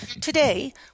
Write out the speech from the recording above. Today